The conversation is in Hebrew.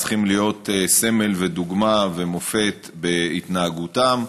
צריכים להיות סמל ודוגמה ומופת בהתנהגותם,